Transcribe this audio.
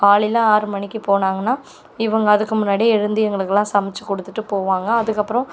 காலையில் ஆறு மணிக்கு போனாங்கனா இவங்க அதுக்கு முன்னாடியே எழுந்து எங்களுக்கெல்லாம் சமைச்சு கொடுத்துட்டு போவாங்க அதுக்கப்புறம்